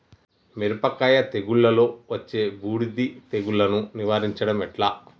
మిరపకాయ తెగుళ్లలో వచ్చే బూడిది తెగుళ్లను నివారించడం ఎట్లా?